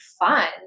fun